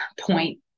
point